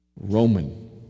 Roman